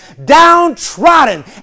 Downtrodden